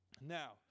Now